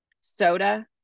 soda